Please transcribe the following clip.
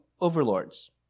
overlords